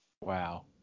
Wow